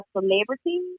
celebrity